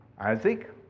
Isaac